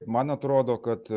man atrodo kad